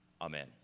Amen